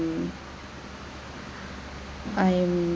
I'm